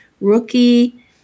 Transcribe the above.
Rookie